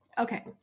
Okay